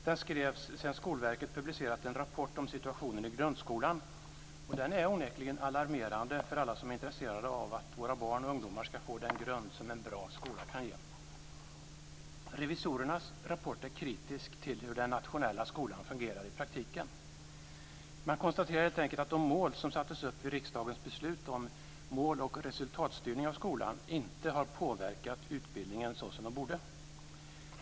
Den skrevs sedan Skolverket publicerat en rapport om situationen i grundskolan, och den är onekligen alarmerande för alla som är intresserade av att våra barn och ungdomar ska få den grund som en bra skola kan ge. Revisorernas rapport är kritisk till hur den nationella skolan fungerar i praktiken. Man konstaterar helt enkelt att de mål som sattes upp vid riksdagens beslut om mål och resultatstyrning av skolan inte har påverkat utbildningen så som de borde.